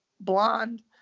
blonde